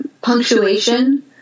punctuation